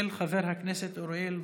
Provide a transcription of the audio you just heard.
מס' 1602, של חבר הכנסת אוריאל בוסו.